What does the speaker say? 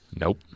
Nope